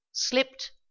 Slipped